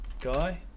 guy